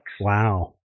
Wow